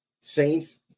Saints